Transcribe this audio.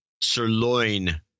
Sirloin